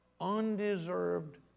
Undeserved